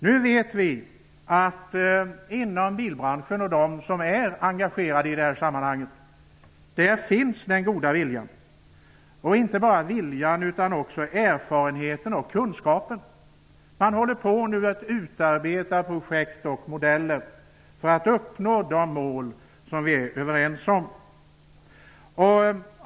Vi vet att den goda viljan finns inom bilbranschen och hos dem som är engagerade i det här sammanhanget - och inte bara viljan utan också erfarenheten och kunskapen. Man håller nu på att utarbeta projekt och modeller för att uppnå de mål som vi är överens om.